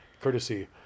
courtesy